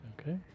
Okay